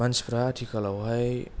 मानसिफ्रा आथिखालावहाय